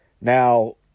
Now